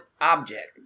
object